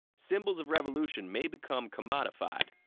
symbols of revolution may become commodified,